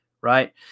right